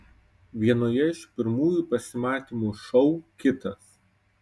vienoje iš pirmųjų pasimatymų šou kitas